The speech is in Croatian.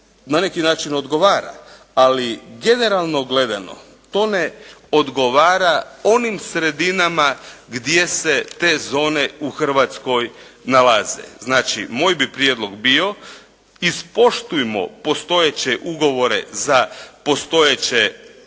na neki način odgovara, ali generalno gledano to ne odgovara onim sredinama gdje se te zone u Hrvatskoj nalaze. Znači moj bi prijedlog bio ispoštujmo postojeće ugovore za postojeće